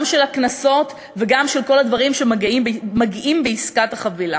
גם של הקנסות וגם של כל הדברים שמגיעים בעסקת החבילה.